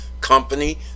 company